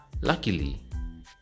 Luckily